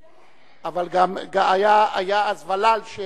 אבל גם היה אז ול"ל,